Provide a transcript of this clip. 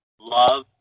love